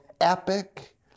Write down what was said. epic